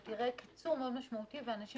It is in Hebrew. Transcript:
אתה תראה קיצור מאוד משמעותי ואנשים